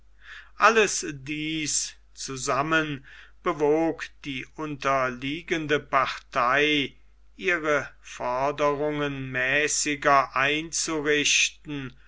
alles dies zusammen bewog die unterliegende partei ihre forderungen mäßiger einzurichten